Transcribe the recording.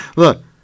Look